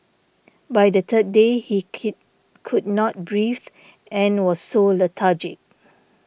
by the third day he could not breathe and was so lethargic